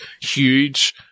huge